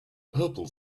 purple